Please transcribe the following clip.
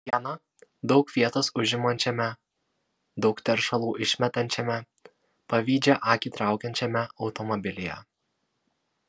viena daug vietos užimančiame daug teršalų išmetančiame pavydžią akį traukiančiame automobilyje